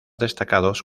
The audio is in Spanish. destacados